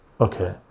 Okay